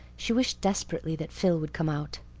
she wished desperately that phil would come out.